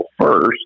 first